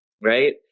right